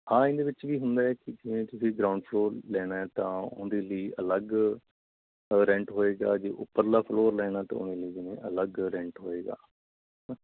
ਹਾਂ ਇਹਦੇ ਵਿੱਚ ਵੀ ਹੁੰਦਾ ਕਿ ਜਿਵੇਂ ਤੁਸੀਂ ਗਰਾਊਂਡ ਫਲੋਰ ਲੈਣਾ ਤਾਂ ਉਹਦੇ ਲਈ ਅਲੱਗ ਰੈਂਟ ਹੋਵੇਗਾ ਜੇ ਉੱਪਰਲਾ ਫਲੋਰ ਲੈਣਾ ਤਾਂ ਮੰਨ ਲਓ ਜਿਵੇਂ ਅਲੱਗ ਰੈਂਟ ਹੋਵੇਗਾ ਹੂੰ